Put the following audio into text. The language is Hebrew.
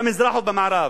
במזרח ובמערב.